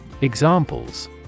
Examples